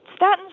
statins